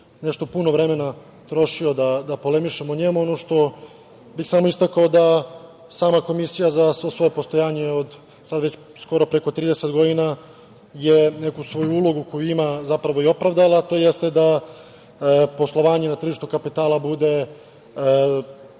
nešto puno vremena trošio da polemišem o njemu. Ono što bih samo istakao je da sama Komisija za svoje postojanje od sad već skoro 30 godina je neku svoju ulogu koju ima zapravo i opravdala, to jeste da poslovanje na tržištu kapitala bude